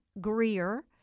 Greer